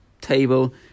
table